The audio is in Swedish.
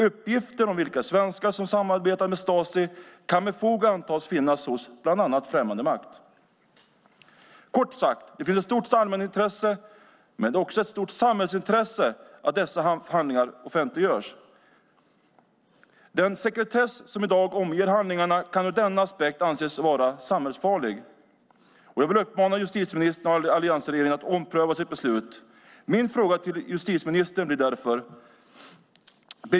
Uppgifter om vilka svenskar som samarbetade med Stasi kan med fog antas finnas hos bland annat främmande makt. Kort sagt: Det finns ett stort allmänintresse men också ett stort samhällsintresse för att dessa handlingar offentliggörs. Den sekretess som i dag omger handlingarna kan från denna aspekt anses vara samhällsfarlig. Jag vill uppmana justitieministern och alliansregeringen att ompröva sitt beslut. Min fråga till justitieministern blir därför följande.